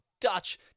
Dutch